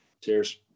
Cheers